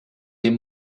dem